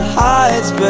hides